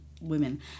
women